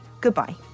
Goodbye